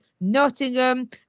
Nottingham